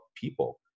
people